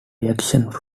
reactions